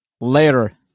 later